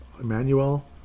Emmanuel